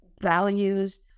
values